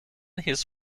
his